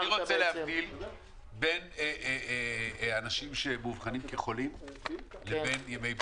אני רוצה להבדיל בין אנשים שמאובחנים כחולים לבין ימי בידוד.